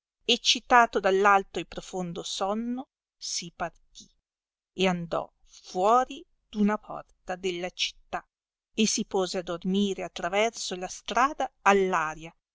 eccitato dall alto e profondo sonno si partì e andò fuori d'una porta della città e si pose a dormire a traverso la strada all